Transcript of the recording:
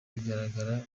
bigaragara